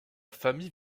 famille